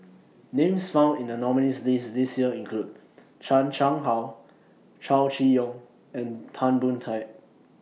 Names found in The nominees' list This Year include Chan Chang How Chow Chee Yong and Tan Boon Teik